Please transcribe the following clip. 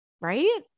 Right